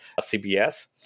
CBS